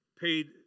paid